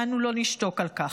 ואנו לא נשתוק על כך.